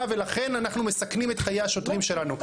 ולכן אנחנו מסכנים את חיי השוטרים שלנו.